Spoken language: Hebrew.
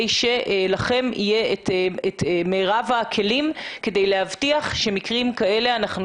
שלכם יהיה את מרב הכלים כדי להבטיח שמקרים כאלה לא יקרו.